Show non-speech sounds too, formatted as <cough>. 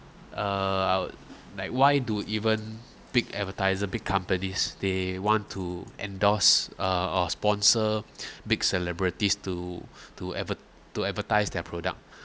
err like why do even big advertiser big companies they want to endorse uh or sponsor <breath> big celebrities to <breath> to adver~ to advertise their product